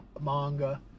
manga